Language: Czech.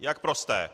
Jak prosté.